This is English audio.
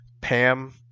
pam